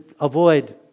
avoid